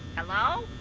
hello?